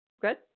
Good